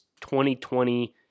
2020